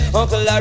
uncle